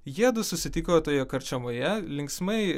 jiedu susitiko toje karčemoje linksmai